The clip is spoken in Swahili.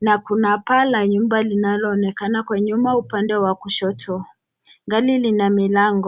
na kuna paa la nyumba linaloonekana kwa nyuma upande wa kushoto. Gari lina milango.